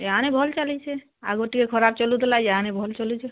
ଇଆଡ଼େ ଭଲ୍ ଚାଲିଛେ ଆଘୁ ଟିକେ ଖରାପ୍ ଚଲୁଥିଲା ଇଆଡ଼େ ଭଲ୍ ଚଲୁଛେ